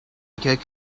kick